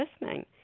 listening